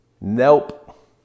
Nope